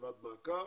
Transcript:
ישיבת מעקב.